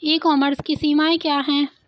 ई commerce की सीमाएं क्या हैं?